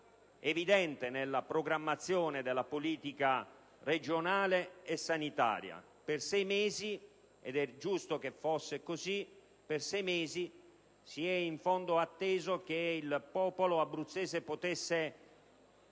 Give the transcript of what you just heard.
evidente nella programmazione della politica regionale e sanitaria. Per sei mesi, ed è giusto che sia stato così, si è in fondo atteso che il popolo abruzzese potesse